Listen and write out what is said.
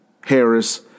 harris